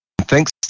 thanks